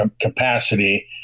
capacity